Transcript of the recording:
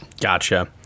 gotcha